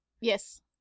yes